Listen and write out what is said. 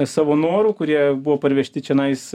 savo noru kurie buvo parvežti čionais